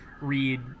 read